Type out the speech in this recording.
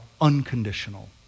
unconditional